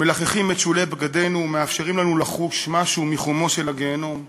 מלחכים את שולי בגדינו ומאפשרים לנו לחוש משהו מחומו של הגיהינום,